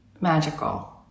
magical